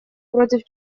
против